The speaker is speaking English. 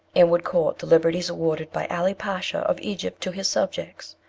and would court the liberties awarded by ali pasha of egypt to his subjects.